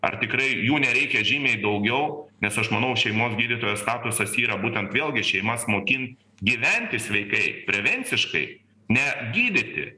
ar tikrai jų nereikia žymiai daugiau nes aš manau šeimos gydytojo statusas yra būtent vėlgi šeimas mokint gyventi sveikai prevenciškai ne gydyti